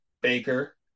Baker